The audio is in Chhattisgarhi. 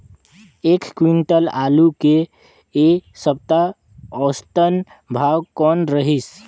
एक क्विंटल आलू के ऐ सप्ता औसतन भाव कौन रहिस?